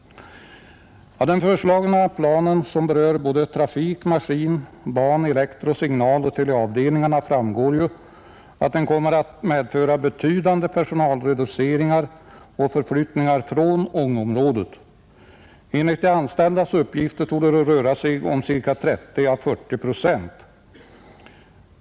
Av den föreslagna planen, som berör trafik-, maskin-, ban-, elektro-, signaloch teleavdelningarna framgår att den kommer att medföra betydande personalreduceringar och förflyttningar från Ångeområdet. Enligt de anställdas uppgifter torde det röra sig om 30 å 40 procent.